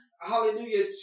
hallelujah